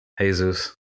Jesus